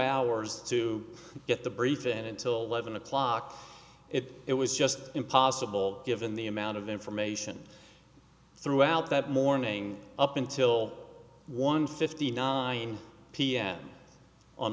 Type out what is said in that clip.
hours to get the brief in until eleven o'clock it was just impossible given the amount of information throughout that morning up until one fifty nine pm on